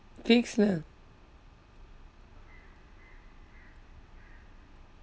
fixed lah